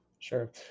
sure